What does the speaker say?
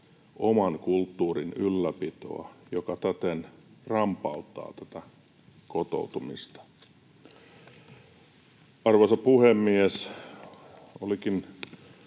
oman kulttuurin ylläpitoa, mikä täten rampauttaa kotoutumista. Arvoisa puhemies! Olikin